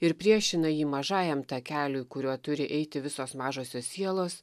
ir priešina jį mažajam takeliui kuriuo turi eiti visos mažosios sielos